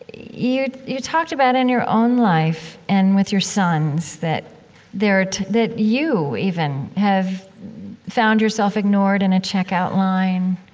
you you talked about in your own life, and with your sons, that there are that you even have found yourself ignored in a checkout line.